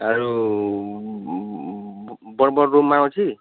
ଆରୁ ବଡ଼୍ ବଡ଼୍ ରୁମ୍ମାନେ ଅଛି